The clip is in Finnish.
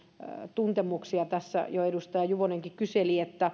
tuntemuksia oli kun tässä jo edustaja juvonenkin kyseli